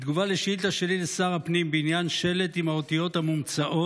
בתגובה על שאילתה שלי לשר הפנים בעניין שלט עם האותיות המומצאות